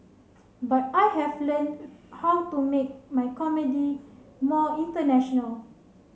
but I have learned how to make my comedy more international